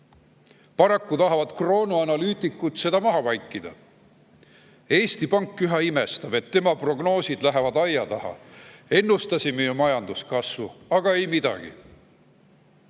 tahavad kroonuanalüütikud seda maha vaikida. Eesti Pank üha imestab, et tema prognoosid lähevad aia taha. "Ennustasime ju majanduskasvu, aga ei midagi!"